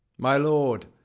my lord,